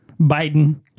Biden